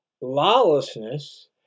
lawlessness